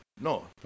no